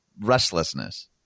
restlessness